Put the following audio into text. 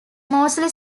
mostly